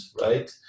right